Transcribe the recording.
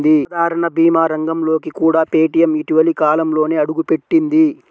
సాధారణ భీమా రంగంలోకి కూడా పేటీఎం ఇటీవలి కాలంలోనే అడుగుపెట్టింది